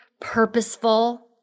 purposeful